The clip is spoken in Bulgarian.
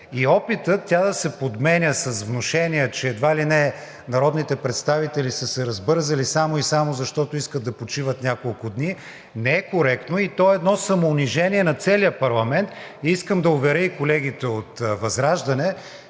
и опитът тя да се подменя с внушения, че едва ли не народните представители са се разбързали само и само защото искат да почиват няколко дни, не е коректно и това е едно самоунижение на целия парламент. Искам да уверя и колегите от ВЪЗРАЖДАНЕ,